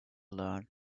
learn